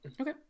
okay